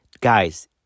Guys